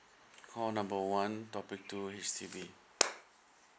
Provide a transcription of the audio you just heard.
call number one topic two H_D_B